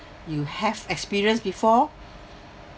you have experienced before